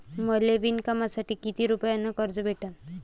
मले विणकामासाठी किती रुपयानं कर्ज भेटन?